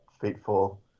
fateful